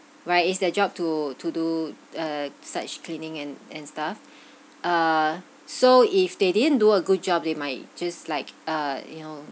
right it's their job to to do uh such cleaning and and stuff ah so if they didn't do a good job they might just like uh you know